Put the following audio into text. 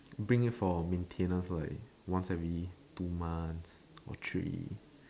bring it for maintenance like once every two months or three